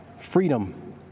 freedom